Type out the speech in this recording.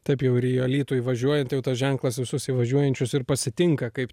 taip jau ir į alytų įvažiuojant jau tas ženklas visus įvažiuojančius ir pasitinka kaip